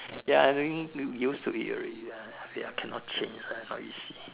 ya I mean used to it already lah cannot change not easy